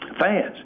fans